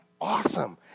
awesome